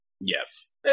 Yes